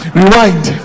rewind